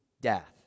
death